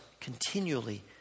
continually